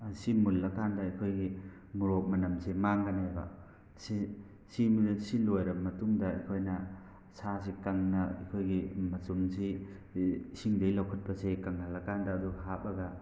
ꯑꯁꯤ ꯃꯨꯜꯂ ꯀꯥꯟꯗ ꯑꯩꯈꯣꯏꯒꯤ ꯃꯔꯣꯛ ꯃꯅꯝꯁꯤ ꯃꯥꯡꯒꯅꯦꯕ ꯁꯤ ꯁꯤ ꯂꯣꯏꯔꯕ ꯃꯇꯨꯡꯗ ꯑꯩꯈꯣꯏꯅ ꯁꯥꯁꯤ ꯀꯪꯅ ꯑꯩꯈꯣꯏꯒꯤ ꯃꯆꯨꯝꯁꯤ ꯏꯁꯤꯡꯗꯩ ꯂꯧꯈꯠꯄꯁꯤ ꯀꯪꯍꯜꯂ ꯀꯥꯟꯗ ꯑꯗꯨ ꯍꯥꯞꯄꯒ